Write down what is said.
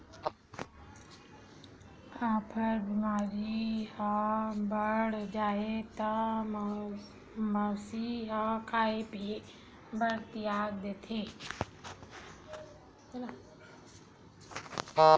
अफरा बेमारी ह बाड़ जाथे त मवेशी ह खाए पिए बर तियाग देथे